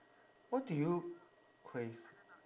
what do you crave